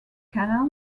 canal